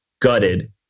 gutted